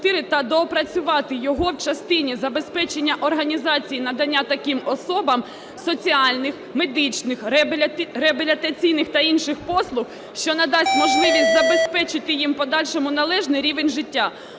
та доопрацювати його в частині забезпечення організації надання таким особам соціальних, медичних, реабілітаційних та інших послуг, що надасть можливість забезпечити їм у подальшому належний рівень життя.